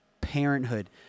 Parenthood